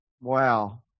Wow